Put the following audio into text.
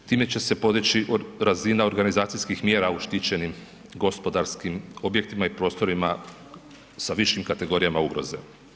Time će se podići razina organizacijskim mjera u štićenim gospodarskim objektima i prostorima sa višim kategorijama ugroze.